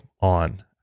on